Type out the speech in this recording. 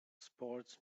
sports